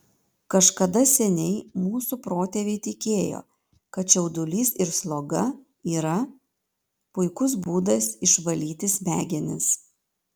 kažkada seniai mūsų protėviai tikėjo kad čiaudulys ir sloga yra puikus būdas išvalyti smegenis